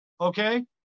okay